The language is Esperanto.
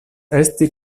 esti